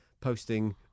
posting